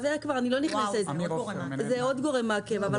זה עוד גורם מעכב.